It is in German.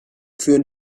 führen